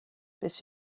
this